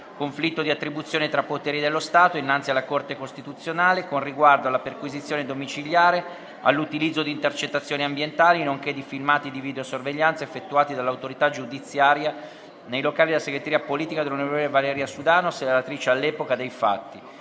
conflitto di attribuzione tra poteri dello Stato innanzi alla Corte costituzionale con riguardo alla perquisizione domiciliare, all'utilizzo di intercettazioni ambientali, nonché di filmati di videosorveglianza, effettuati dall'autorità giudiziaria nei locali della segreteria politica dell'onorevole Valeria Sudano, senatrice all'epoca dei fatti,